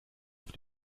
auf